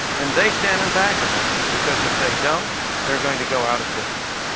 and they stand in back of them because if they don't they're going to go out of business.